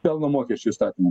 pelno mokesčio įstatymo